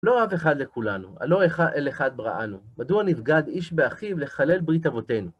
לא אב אחד לכולנו, הלא אל אחד בראנו. מדוע נבגד איש באחיו לחלל ברית אבותינו?